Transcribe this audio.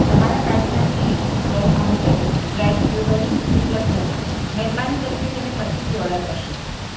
તમારા કાર્ટમાંથી Del Monte dried blueberries ઉપલબ્ધ નથી મહેરબાની કરીને તેને પછીથી ઓડર કરશો